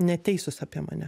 neteisūs apie mane